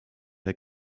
der